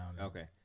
Okay